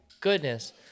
goodness